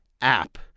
app